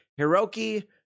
Hiroki